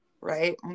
right